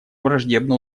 враждебно